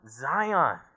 Zion